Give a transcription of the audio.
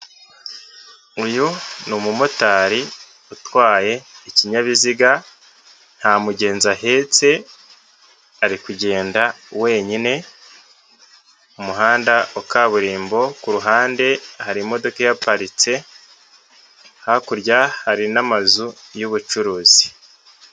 Uyu ni umumotari utwaye ikinyabiziga, nta mugenzi ahetse ari kugenda wenyine, umuhanda wa kaburimbo ku ruhande hari imodoka ihaparitse, hakurya hari n'amazu y'bucuruzi.